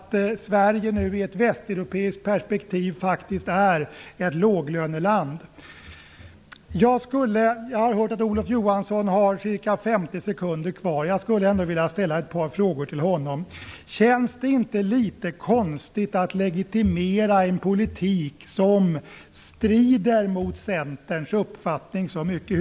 Sverige är nu, i ett västeuropeiskt perspektiv, ett låglöneland. Jag har hört att Olof Johansson har ca 50 sekunder kvar av sin talartid. Jag skulle ändå vilja ställa ett par frågor till honom. Känns det inte litet konstigt att legitimera en politik som strider mot Centerns uppfattning så mycket?